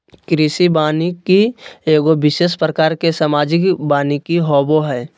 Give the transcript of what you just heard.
कृषि वानिकी एगो विशेष प्रकार के सामाजिक वानिकी होबो हइ